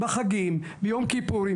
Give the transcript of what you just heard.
בחגים, ביום כיפור.